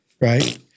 right